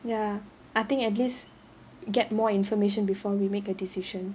ya I think at least get more information before we make a decision